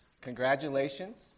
congratulations